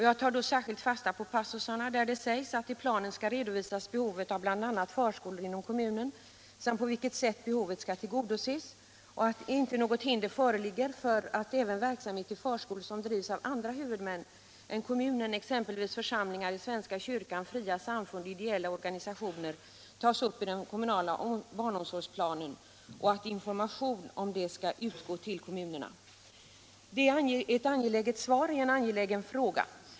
Jag tar då särskilt fasta på de passusar där det sägs att i planen skall redovisas behovet av bl.a. förskolor inom kommunen samt på vilket sätt behovet skall tillgodoses och att inte något hinder föreligger för att även verksamhet vid förskolor som drivs av andra huvudmän än kommunen, exempelvis församlingar i svenska kyrkan, fria samfund och ideella organisationer, tas upp i den kommunala barnomsorgsplanen och att information om det skall utgå till kommunerna. Det är ett angeläget svar i en angelägen fråga.